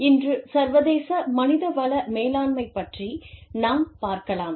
இன்று சர்வதேச மனித வள மேலாண்மை பற்றி நாம் பார்க்கலாம்